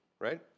right